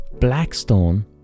Blackstone